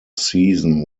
season